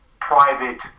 private